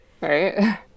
right